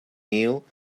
neil